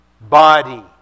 body